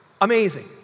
Amazing